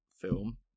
film